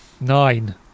nine